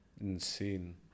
Insane